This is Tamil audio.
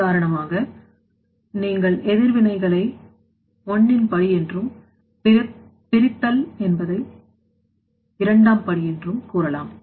உதாரணமாக நீங்கள் எதிர்வினைகளை 1 ப்படி என்றும் பிரித்தல் 2 படி என்றும் கூறலாம்